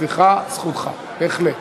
סליחה, זכותך, בהחלט.